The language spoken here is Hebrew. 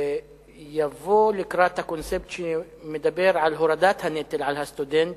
שיבוא לקראת הקונספט שמדבר על הורדת הנטל על הסטודנט.